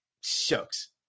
shucks